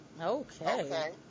Okay